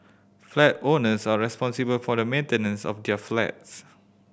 flat owners are responsible for the maintenance of their flats